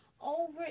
Over